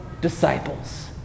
disciples